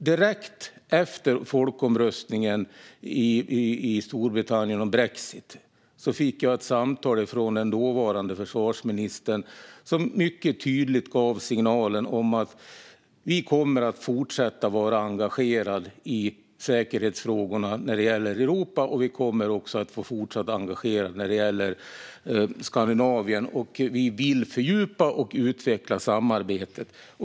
Direkt efter Storbritanniens folkomröstning om brexit fick jag ett samtal från den dåvarande försvarsministern, som mycket tydligt gav signalen att man kommer att fortsätta vara engagerad i säkerhetsfrågorna gällande Europa. Man kommer också att vara fortsatt engagerad när det gäller Skandinavien, och man vill fördjupa och utveckla samarbetet.